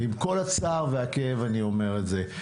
עם כל הצער והכאב אני אומר את זה,